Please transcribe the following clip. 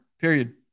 period